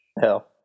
Hell